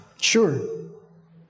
Sure